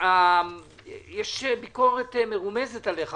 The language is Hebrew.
שיש ביקורת מרומזת עליך.